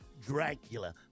Dracula